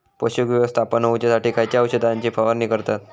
पोषक व्यवस्थापन होऊच्यासाठी खयच्या औषधाची फवारणी करतत?